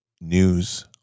news